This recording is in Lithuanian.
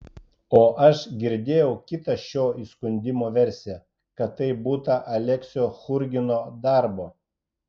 o aš girdėjau kitą šio įskundimo versiją kad tai būta aleksio churgino darbo